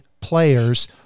players